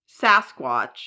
Sasquatch